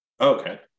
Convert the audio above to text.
Okay